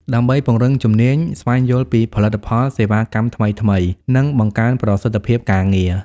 ដើម្បីពង្រឹងជំនាញ ស្វែងយល់ពីផលិតផល សេវាកម្មថ្មីៗ និងបង្កើនប្រសិទ្ធភាពការងារ។